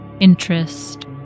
interest